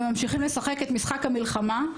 וממשיכים לשחק את משחק המלחמה,